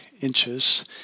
inches